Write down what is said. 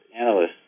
analysts